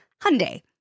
Hyundai